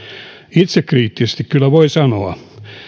itsekriittisesti voin kyllä sanoa